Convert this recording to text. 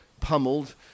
pummeled